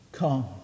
Come